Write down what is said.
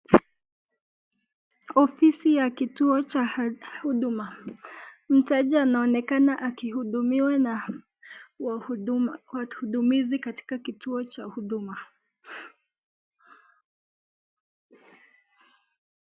Ofisi ya kituo cha huduma, mteja anaonekana aki hudumiwa na wahudumizi katika kituo cha huduma.